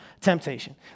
temptation